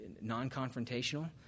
non-confrontational